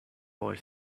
boy